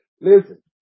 Listen